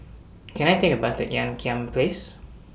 Can I Take A Bus to Ean Kiam Place